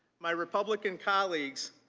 my republican colleagues,